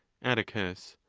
atticus.